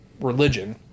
religion